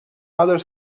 other